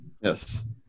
Yes